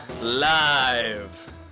live